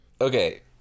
okay